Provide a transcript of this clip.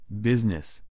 Business